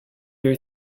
your